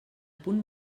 punt